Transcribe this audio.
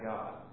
God